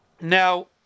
Now